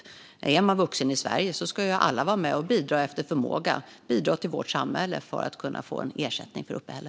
Alla vuxna i Sverige ska vara med och bidra efter förmåga till vårt samhälle för att kunna få ersättning för uppehälle.